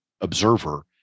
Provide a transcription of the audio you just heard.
observer